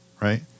right